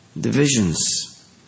divisions